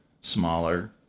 smaller